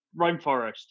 Rainforest